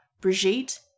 Brigitte